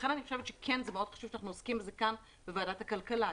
לכן זה חשוב מאוד שאנחנו עוסקים בזה כאן בוועדת הכלכלה,